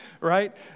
right